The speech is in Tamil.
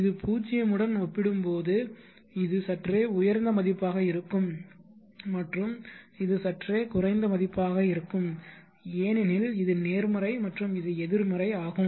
இது 0 உடன் ஒப்பிடும்போது இது இது சற்றே உயர்ந்த மதிப்பாக இருக்கும் மற்றும் இது சற்றே குறைந்த மதிப்பாக இருக்கும் ஏனெனில் இது நேர்மறை மற்றும் இது எதிர்மறை ஆகும்